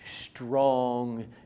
strong